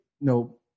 no